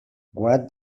what